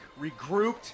regrouped